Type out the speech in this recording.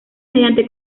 mediante